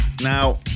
Now